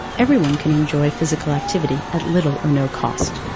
everyone can enjoy physical activity at little or no cost.